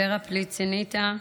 ורה פלצינטה,